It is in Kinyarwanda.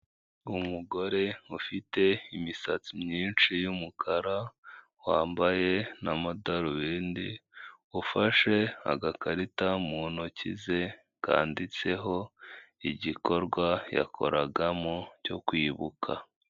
Umugore ufite imisatsi myinshi y'umukara, wambaye n'amadarubindi ufashe agakarita mu ntoki ze kanditseho igikorwa yakoragamo cyo kwibuka.